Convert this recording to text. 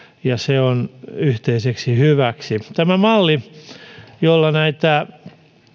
ja se on yhteiseksi hyväksi tästä mallista jolla näitä